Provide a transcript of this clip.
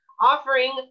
offering